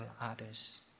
others